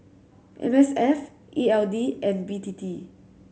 M S F E L D and B T T